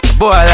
boy